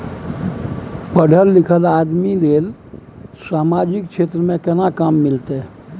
पढल लीखल आदमी के लेल सामाजिक क्षेत्र में केना काम मिलते?